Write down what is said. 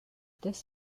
this